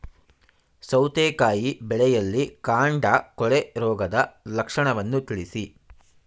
ಸೌತೆಕಾಯಿ ಬೆಳೆಯಲ್ಲಿ ಕಾಂಡ ಕೊಳೆ ರೋಗದ ಲಕ್ಷಣವನ್ನು ತಿಳಿಸಿ?